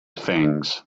things